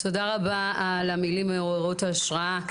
תודה רבה על המילים מעוררות ההשראה,